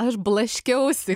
aš blaškiausi